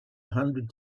hundred